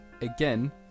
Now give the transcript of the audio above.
again